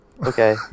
Okay